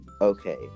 Okay